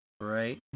right